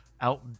Out